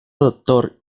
doctor